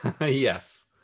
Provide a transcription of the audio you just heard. yes